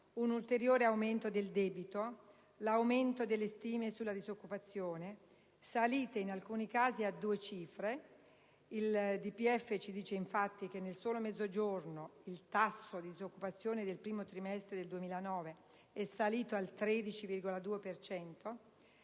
un ulteriore aumento del debito; l'aumento delle stime sulla disoccupazione, salite in alcune casi a due cifre (il DPEF ci dice infatti che nel solo Mezzogiorno il tasso di disoccupazione del primo trimestre del 2009 è salito al 13,2